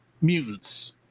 mutants